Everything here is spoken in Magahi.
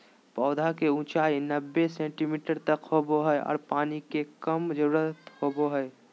पौधा के ऊंचाई नब्बे सेंटीमीटर तक होबो हइ आर पानी के कम जरूरत होबो हइ